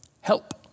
Help